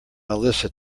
melissa